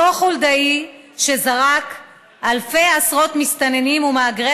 אותו חולדאי שזרק עשרות אלפי מסתננים ומהגרי